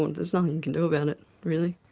and there's nothing you can do about it really.